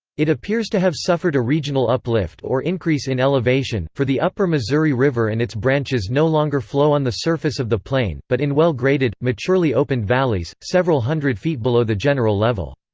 it appears to have suffered a regional uplift or increase in elevation, for the upper missouri river and its branches no longer flow on the surface of the plain, but in well graded, maturely opened valleys, several hundred feet below the general level.